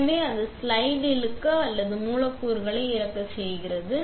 எனவே அது ஸ்லைடு இழுக்க அல்லது மூலக்கூறுகளை இறக்க சொல்கிறது